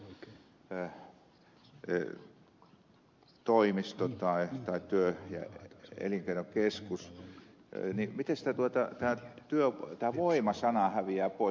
kun tässä lukee työ ja elinkeinotoimisto tai työ ja elinkeinokeskus niin miten tämä voima sana häviää pois